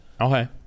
Okay